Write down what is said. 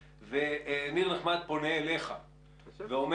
ניר נחמד פונה אליך ואומר: